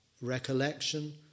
recollection